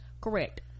Correct